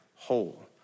whole